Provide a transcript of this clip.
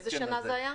באיזו שנה זה היה?